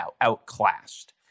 outclassed